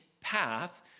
path